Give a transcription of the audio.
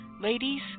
Ladies